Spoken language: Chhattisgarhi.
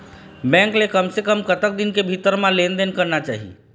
बैंक ले कम से कम कतक दिन के भीतर मा लेन देन करना चाही?